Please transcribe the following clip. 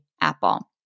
Apple